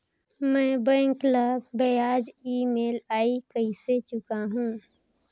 मैं बैंक ला ब्याज ई.एम.आई कइसे चुकाहू?